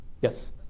Yes